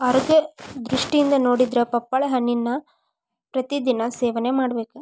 ಆರೋಗ್ಯ ದೃಷ್ಟಿಯಿಂದ ನೊಡಿದ್ರ ಪಪ್ಪಾಳಿ ಹಣ್ಣನ್ನಾ ಪ್ರತಿ ದಿನಾ ಸೇವನೆ ಮಾಡಬೇಕ